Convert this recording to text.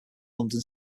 london